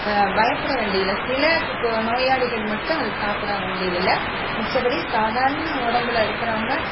பயப்பிட வேண்டியதில்லை சில இப்போ நோயாளிகள் மட்டும் அதை சாப்பிட வேண்டியதில்லை மிச்ச படி சாதாரண உடம்புல இருக்கிறவங்க